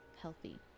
healthy